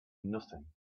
nothing